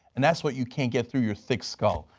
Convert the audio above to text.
and that is what you can't get through your thick skull.